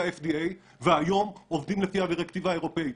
ה-FDA והיום עובדים לפי הדירקטיבה האירופאית?